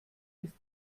ist